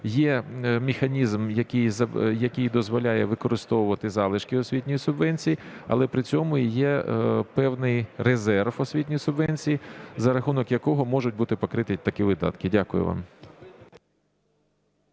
є механізм, який дозволяє використовувати залишки освітньої субвенції, але при цьому і є певний резерв осінньої субвенції, за рахунок якого можуть бути покриті такі видатки. Дякую вам.